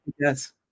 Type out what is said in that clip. Yes